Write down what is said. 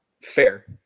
fair